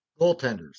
Goaltenders